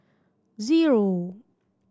zero